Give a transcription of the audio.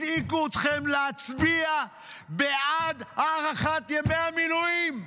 הזעיקו אתכם להצביע בעד הארכת ימי המילואים.